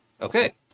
Okay